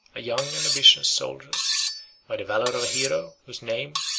a young and ambitious soldier by the valor of a hero, whose name,